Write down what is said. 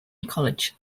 college